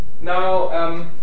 now